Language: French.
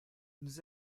nous